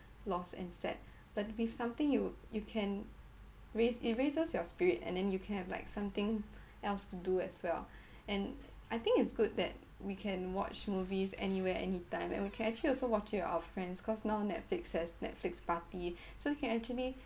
lost and sad but with something you will you can raise it raises your spirit and then you can have like something else to do as well and I think it's good that we can watch movies anywhere anytime and we can actually also watch it with our friends cause now netflix has netflix party so can actually